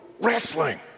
wrestling